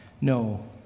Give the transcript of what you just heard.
No